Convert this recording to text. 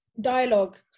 dialogue